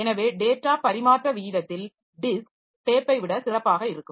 எனவே டேட்டா பரிமாற்ற விகிதத்தில் டிஸ்க் டேப்பை விட சிறப்பாக இருக்கும்